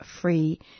Free